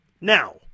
Now